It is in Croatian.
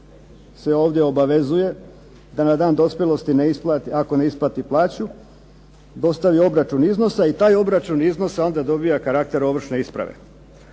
se ovdje obavezuje da na dan dospjelosti ako ne isplati plaću dostavi obračun iznosa i taj obračun iznosa onda dobiva karakter ovršne isprave.